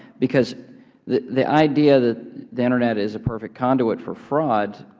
because the the idea that the internet is a perfect conduit for fraud.